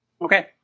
Okay